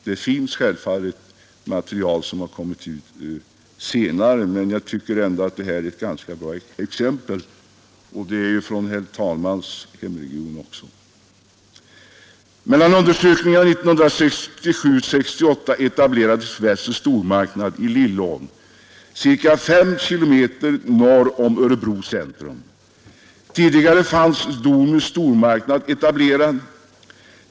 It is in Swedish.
Det finns självfallet material som kommit senare, men jag tycker ändå att det här är ett bra exempel — och det är ju från herr talmannens hemregion också. Mellan undersökningarna 1967 och 1968 etablerades Wessels stormarknad i Lillån ca 5 kilometer norr om Örebro centrum. Tidigare fanns Domus stormarknad etablerad.